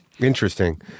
Interesting